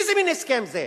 איזה מין הסכם זה?